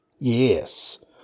Yes